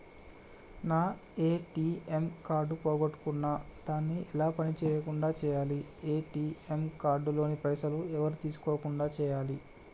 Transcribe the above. నా ATM card పోగొట్టుకున్నా దాన్ని ఎలా పని చేయకుండా చేయాలి ఏ.టి.ఎమ్ కార్డు లోని పైసలు ఎవరు తీసుకోకుండా చేయాలి?